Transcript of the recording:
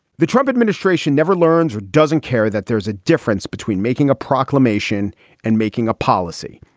the trump administration never learns or doesn't care that there's a difference between making a proclamation and making a policy.